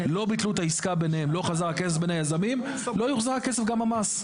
לא ביטלו את העסקה ביניהם ולא חזר הכסף לא יוחזר הכסף גם במס.